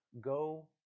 go